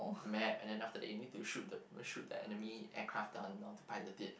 map and then after that you need to shoot the shoot the enemy aircraft down in order to pilot it